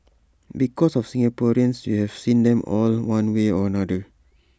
because of Singaporeans you have seen them all one way or another